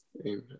Amen